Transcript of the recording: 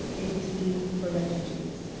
abc for refugees